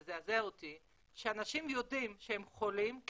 זה זעזע אותי שאנשים יודעים שהם חולים,